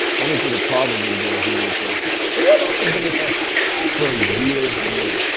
only if there's a problem will you get a human interaction. so robots have been with us for years and years,